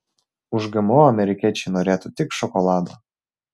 už gmo amerikiečiai norėtų tik šokolado